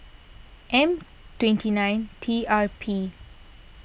M twenty nine T R P